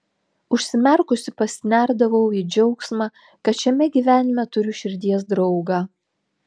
užsimerkusi pasinerdavau į džiaugsmą kad šiame gyvenime turiu širdies draugą